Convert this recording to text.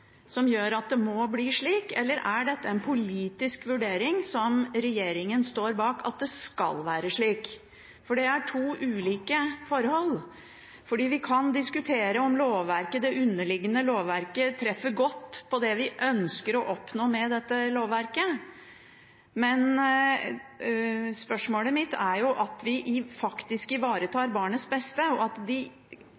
som gjør at det må bli slik, eller er dette en politisk vurdering som regjeringen står bak, som gjør at det skal være slik? Det er to ulike forhold. Vi kan diskutere om det underliggende lovverket treffer godt på det vi ønsker å oppnå med dette lovverket, men spørsmålet mitt er om vi faktisk ivaretar barnets beste. Det er i